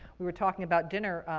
we were talking about dinner,